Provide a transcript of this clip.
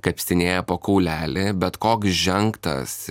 kapstinėja po kaulelį bet koks žengtas